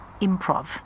improv